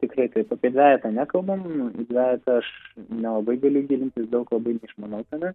tikrai taip apie dvejetą nekalbam į dvejetą aš nelabai galiu gilintis daug labai manau kad